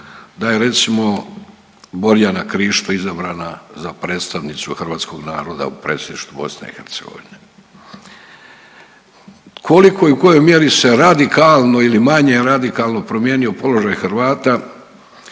da je recimo Borjana Krišto izabrana za predstavnicu hrvatskog naroda u predsjedništvu BiH. Koliko i u kojoj mjeri se radikalno ili manje radikalno promijenio položaj Hrvata